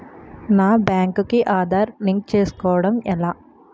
నా బ్యాంక్ కి ఆధార్ లింక్ చేసుకోవడం ఎలా?